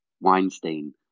Weinstein